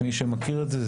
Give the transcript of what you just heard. מי שמכיר את זה,